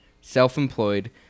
self-employed